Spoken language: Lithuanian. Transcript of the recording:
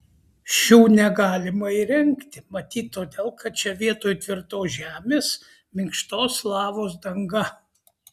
šių negalima įrengti matyt todėl kad čia vietoj tvirtos žemės minkštos lavos danga